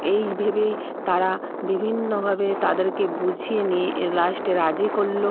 এই ভেবেই তারা বিভিন্নভাবে তাদেরকে বুঝিয়ে নিয়ে লাস্টে রাজি করল